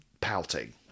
pouting